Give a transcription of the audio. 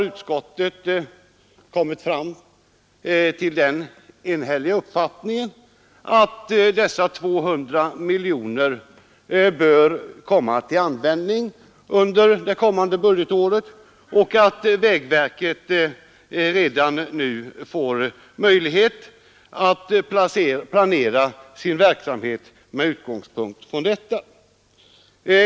Utskottet har den enhälliga uppfattningen att dessa 200 miljoner bör utnyttjas under det kommande budgetåret och att vägverket redan nu skall få möjlighet att planera sin verksamhet med utgångspunkt i detta.